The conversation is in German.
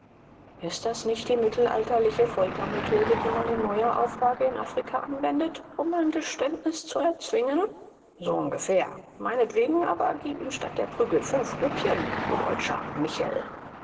ist das nicht die mittelalterliche foltermethode die man in neuer auflage in afrika anwendet um ein geständnis zu erzwingen so ungefähr meinetwegen aber gib ihm statt der prügel fünf rupien du deutscher michel